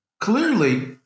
clearly